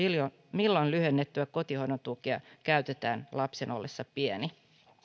milloin lyhennettyä kotihoidon tukea käytetään lapsen ollessa pieni